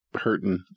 hurting